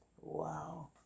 wow